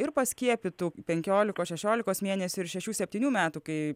ir paskiepytų penkiolikos šešiolikos mėnesių ir šešių septynių metų kai